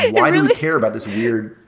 why do we care about this year.